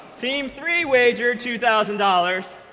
team three wagered two thousand dollars,